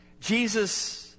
Jesus